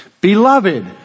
Beloved